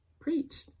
preach